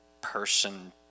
person